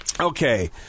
Okay